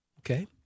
Okay